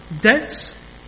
debts